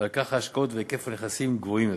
ועל כן ההשקעות והיקף הנכסים גבוהים יותר.